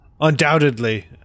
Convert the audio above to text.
Undoubtedly